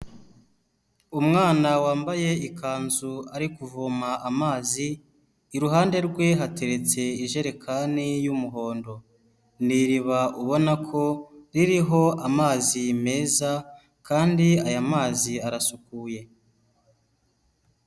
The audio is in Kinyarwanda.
Umwana wambaye ikanzu ari kuvoma amazi iruhande rwe hateretse ijerekani y'umuhondo. Ni iriba ubona ko ririho amazi meza kandi aya mazi arasukuye.